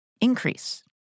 Increase